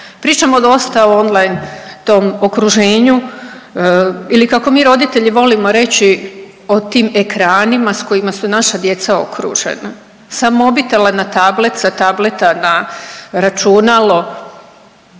Pričamo dosta o on line tom okruženju ili kako mi roditelji volimo reći o tim ekranima s kojima su naša djeca okružena, sa mobitela na tablet, sa tableta na računalo